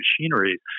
machinery